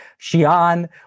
Xi'an